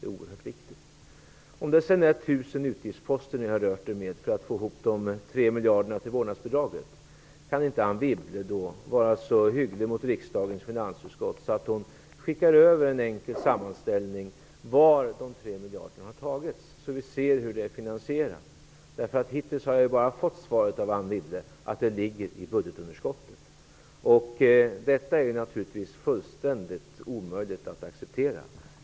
Det är oerhört viktigt. Om det är 1 000 utgiftsposter som ni har rört er med för att få ihop de 3 miljarderna till vårdnadsbidraget, kan inte Anne Wibble då vara så hygglig mot riksdagens finansutskott att hon skickar över en sammanställning över varifrån de 3 miljarderna har tagits, så att vi ser hur det är finansierat? Hittills har jag bara fått det svaret av Anne Wibble att det ligger i budgetunderskottet. Detta är naturligtvis fullständigt omöjligt att acceptera.